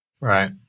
right